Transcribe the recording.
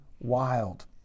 wild